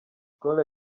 skol